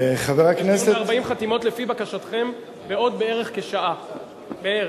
יהיה דיון של 40 חתימות, לבקשתכם, בעוד שעה בערך.